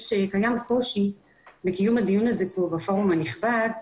קיים קושי בקיום הדיון הזה פה בפורום הנכבד,